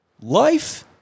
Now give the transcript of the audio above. Life